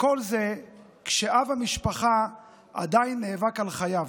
וכל זה כשאב המשפחה עדיין נאבק על חייו.